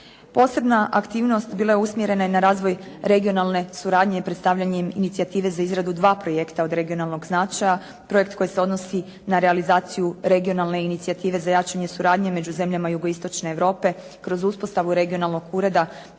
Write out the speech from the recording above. Posebna aktivnost bila je usmjerena na razvoj regionalne suradnje i predstavljanje inicijative za izradu dva projekta od regionalnog značaja. Projekt koji se odnosi na realizaciju regionalne inicijative za jačanje suradnje među zemljama jugoistočne Europe kroz uspostavu regionalnog ureda